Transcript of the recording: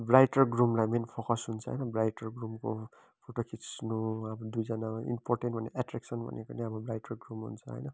bride र ग्रुमलाई main focus हुन्छ होइन ब्राइड र ग्रुमको फोटो खिच्नुमा पनि दुईजना इम्पोर्टेन्ट अनि अट्ट्र्याकसन् भनेको नै अब ब्राइड र ग्रुम हुन्छ होइन